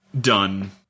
Done